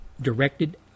directed